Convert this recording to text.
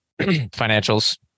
financials